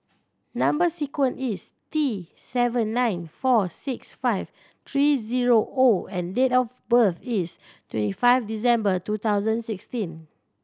number sequence is T seven nine four six five three zero O and date of birth is twenty five December two thousand sixteen